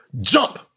Jump